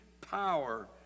power